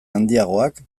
handiagoak